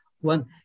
One